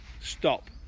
stop